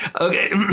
Okay